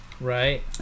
Right